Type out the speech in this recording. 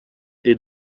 est